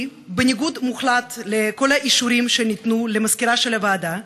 כי בניגוד מוחלט לכל האישורים שניתנו למזכירה של הוועדה,